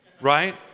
right